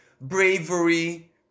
bravery